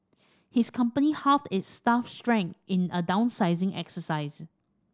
his company halved its staff strength in a downsizing exercise